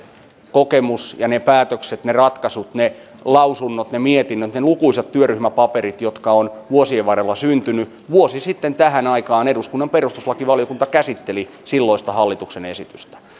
kokemus ja ne päätökset ne ratkaisut ne lausunnot ne mietinnöt ne lukuisat työryhmäpaperit jotka ovat vuosien varrella syntyneet vuosi sitten tähän aikaan eduskunnan perustuslakivaliokunta käsitteli silloista hallituksen esitystä